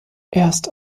erst